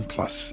Plus